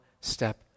step